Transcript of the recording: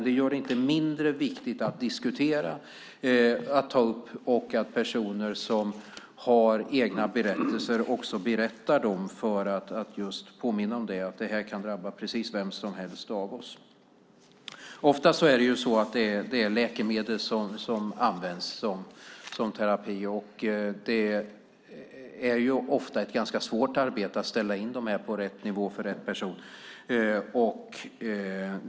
Det gör det inte mindre viktigt att ta upp sjukdomen och att personer som har egna berättelser också berättar dem för att påminna om att det kan drabba vem som helst av oss. Det är ofta läkemedel som används som terapi. Det är ett också ofta ett ganska svårt arbete att ställa in dem på rätt nivå för rätt person.